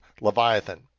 Leviathan